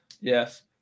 yes